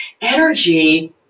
Energy